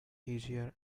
easier